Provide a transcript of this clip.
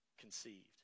conceived